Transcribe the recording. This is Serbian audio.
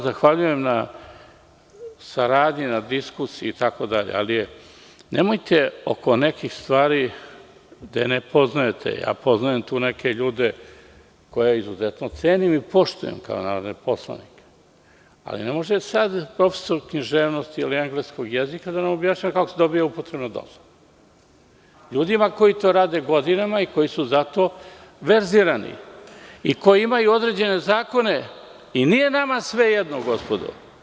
Zahvaljujem vam se na saradnji, na diskusiji itd, ali nemojte oko nekih stvari, gde ne poznajete, ja poznajem tu neke ljude koje izuzetno cenim i poštujem kao narodne poslanike, ali ne može profesor književnosti ili engleskog jezika da nam objašnjava kako se dobija upotrebna dozvola ljudima koji to rade godinama i koji su za to verzirani i koji imaju određene zakone inije nama sve jedno gospodo.